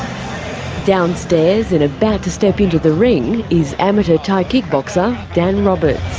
downstairs and about to step into the ring is amateur thai kickboxer dan roberts.